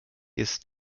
ist